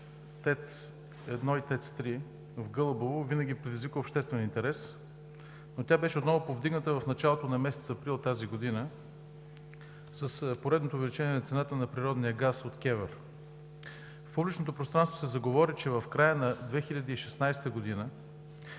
ТЕЦ 1 и ТЕЦ 3 в Гълъбово, винаги предизвиква обществен интерес, но тя беше отново повдигната в началото на месец април тази година с поредното увеличение на цената на природния газ от КЕВР. В публичното пространство се заговори, че в края на 2016 г.